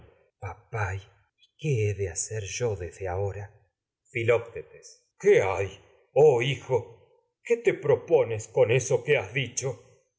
he de hacer yo desde ahora filoctetes v qué hay oh hijo qué te propones con eso que has dicho